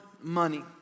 money